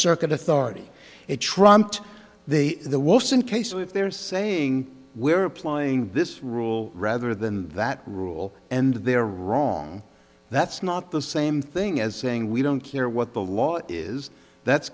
circuit authority it trumped the the wilson case so if they're saying we're applying this rule rather than that rule and they're wrong that's not the same thing as saying we don't care what the law is that's